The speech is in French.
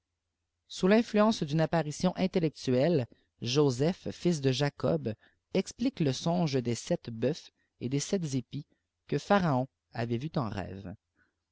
sous l'influence d'une apparition intellectuelle joseph fils de jacob explique le songe dés sept bœufs et des sept épis que pharaon avait vus en rêve